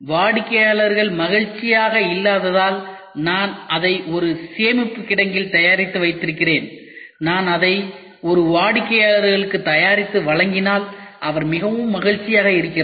வாடிக்கையாளர் மகிழ்ச்சியாக இல்லாததால் நான் அதை ஒரு சேமிப்பு கிடங்கில் தயாரித்து வைத்திருக்கிறேன் நான் அதை ஒரு வாடிக்கையாளருக்கு தயாரித்து வழங்கினால் அவர் மிகவும் மகிழ்ச்சியாக இருக்கிறார்